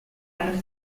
allo